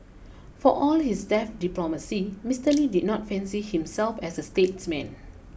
for all his deft diplomacy Mister Lee did not fancy himself as a statesman